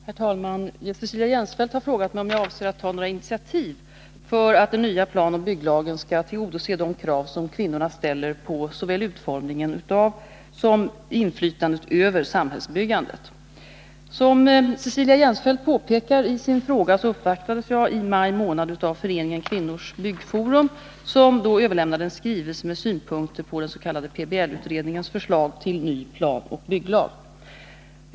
Herr talman! Cecilia Jensfelt har frågat mig om jag avser att ta några initiativ för att den nya planoch bygglagen skall tillgodose de krav som kvinnorna ställer på såväl utformningen av som inflytandet över samhällsbyggandet. Som Cecilia Jensfelt påpekar i sin fråga uppvaktades jag i maj månad av Föreningen Kvinnors byggforum, som då överlämnade en skrivelse med synpunkter på den s.k. PBL-utredningens förslag till ny planoch bygglag.